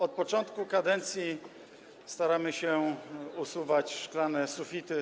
Od początku kadencji staramy się usuwać szklane sufity.